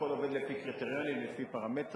הכול עובד לפי קריטריונים, לפי פרמטרים.